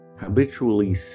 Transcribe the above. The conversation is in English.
habitually